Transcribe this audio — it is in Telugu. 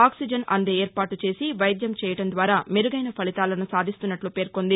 ఆక్సిజన్ అందే ఏర్పాటు చేసి వైద్యం చేయడం ద్వారా మెరుగైన ఫలితాలను సాధిస్తున్నట్టు పేర్కొంది